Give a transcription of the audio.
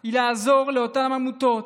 היא לעזור לאותן עמותות,